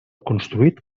construït